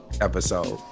episode